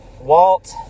Walt